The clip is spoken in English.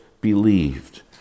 believed